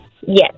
Yes